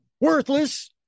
worthless